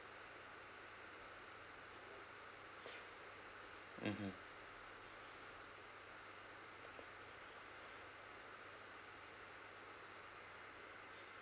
mm